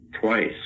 twice